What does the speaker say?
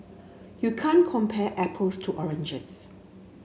you can't compare apples to oranges